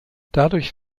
dadurch